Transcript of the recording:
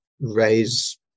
raise